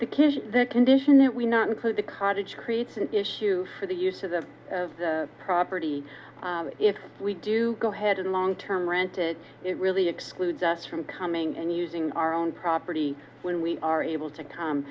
kids the condition that we not include the cottage creates an issue for the use of the property if we do go ahead and long term rented it really excludes us from coming and using our own property when we are able to come